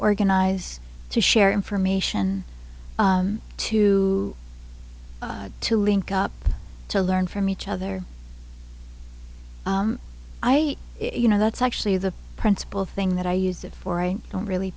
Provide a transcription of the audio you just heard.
organize to share information to to link up to learn from each other i you know that's actually the principle thing that i used for i don't really